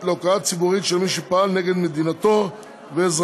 הציבורית של מי שפעל נגד מדינתו ואזרחיה.